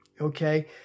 okay